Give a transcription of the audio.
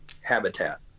habitat